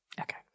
Okay